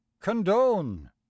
condone